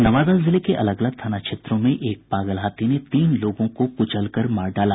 नवादा जिले के अलग अलग थाना क्षेत्रों में एक पागल हाथी ने तीन लोगों को कूचल कर मार डाला